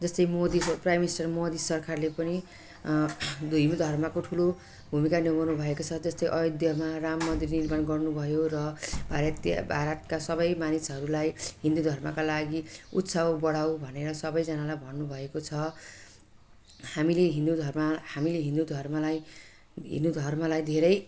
जस्तै Modi prime minister Modi सरखारले पनि हिन्दू धर्मको ठुलो भूमिका निभाउनुभएको छ जस्तै अयोध्यामा राम मन्दिर निर्माण गर्नुभयो र भारतीय भारतका सबै मानिसहरूलाई हिन्दू धर्मका लागि उत्सव बढाउ भनेर सबैजानालाई भन्नुभएको छ हामीले हिन्दू धर्म हामीले हिन्दू धर्मलाई हिन्दू धर्मलाई धेरै